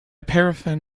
paraffin